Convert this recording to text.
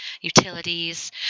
utilities